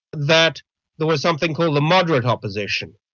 that there was something called the moderate opposition.